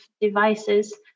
devices